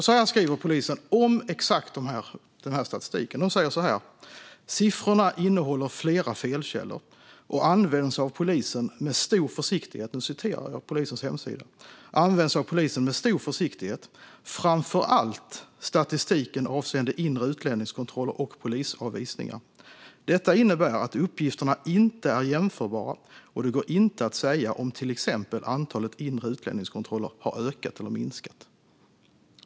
Så här skriver polisen om just den här statistiken: "Siffrorna innehåller flera felkällor och används av polisen med stor försiktighet, framförallt statistiken avseende inre utlänningskontroller och polisavvisningar. Detta innebär att uppgifterna inte är jämförbara och det går inte att säga om t.ex. antalet inre utlänningskontroller ökat eller minskat."